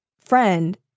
friend